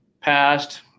passed